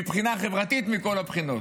מבחינה חברתית, מכל הבחינות.